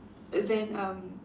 then um